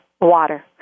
water